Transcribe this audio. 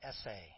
essay